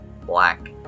black